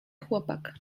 chłopak